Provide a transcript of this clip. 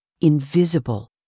Invisible